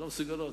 שלא מסוגלות,